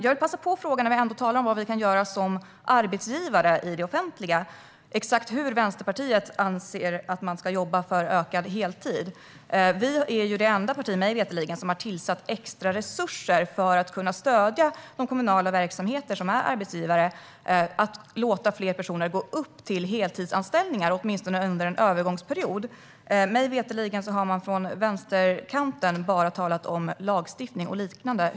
När vi ändå talar om vad vi kan göra som arbetsgivare i det offentliga undrar jag exakt hur Vänsterpartiet anser att man ska jobba för mer heltidsarbete. Sverigedemokraterna är det enda parti, mig veterligen, som har tillsatt extra resurser för att kunna stödja de kommunala verksamheter som är arbetsgivare att låta fler personer gå upp till heltidsanställningar - åtminstone under en övergångsperiod. Mig veterligen har man från vänsterkanten bara talat om lagstiftning och liknande.